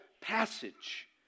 passage